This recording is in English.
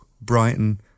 Brighton